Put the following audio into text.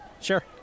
sure